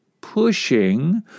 pushing